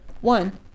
One